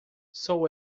sou